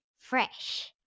fresh